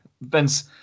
Vince